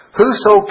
Whoso